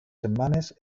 setmanes